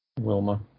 Wilma